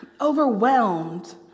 overwhelmed